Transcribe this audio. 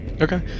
Okay